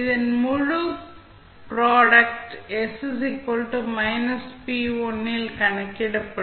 இதன் முழு product s −p1 இல் கணக்கிடப்படும்